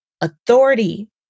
authority